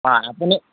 অঁ আপুনি